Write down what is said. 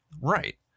Right